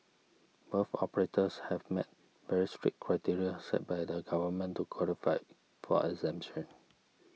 both operators have met very strict criteria set by the government to qualify for exemption